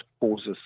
causes